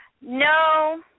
No